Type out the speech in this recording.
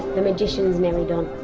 the magician's nearly done.